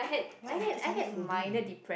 what letters are you folding